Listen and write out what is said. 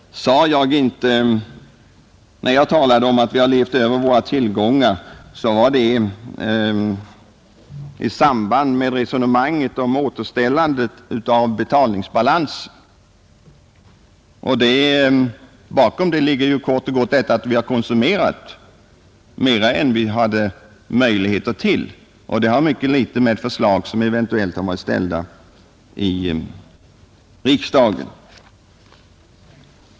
När jag talade om att vi har levt över våra tillgångar, så var det i samband med resonemanget om återställandet av bet ningsbalansen. Bakom detta ligger ju kort och gott det förhållanaet att vi har konsumerat mer än vi haft möjligheter till, och det har mycket litet att göra med förslag som eventuellt har framställts i riksdagen.